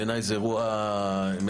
בעיניי זה אירוע מצמרר.